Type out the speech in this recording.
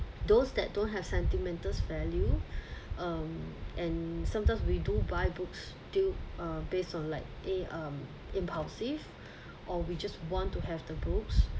those that don't have sentimental value and sometimes we do buy books do uh based on like a um impulsive or we just want to have the books